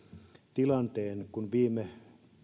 tilanteen viime